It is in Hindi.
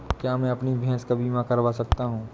क्या मैं अपनी भैंस का बीमा करवा सकता हूँ?